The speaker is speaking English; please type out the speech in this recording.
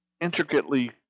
intricately